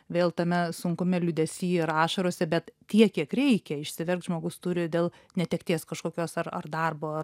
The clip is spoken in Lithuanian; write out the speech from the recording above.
vėl tame sunkume liūdesy ir ašarose bet tiek kiek reikia išsiverkt žmogus turi dėl netekties kažkokios ar ar darbo ar